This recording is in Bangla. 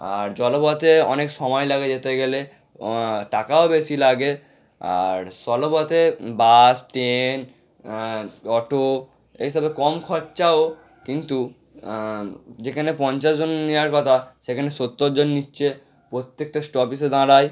আর জলপথে অনেক সমায় লাগে যেতে গেলে টাকাও বেশি লাগে আর স্থলপথে বাস ট্রেন অটো এই সবে কম খরচাও কিন্তু যেখানে পঞ্চাশজন নেওয়ার কথা সেখানে সত্তরজন নিচ্ছে প্রত্যেকটা স্টপেজে দাঁড়ায়